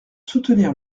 soutenir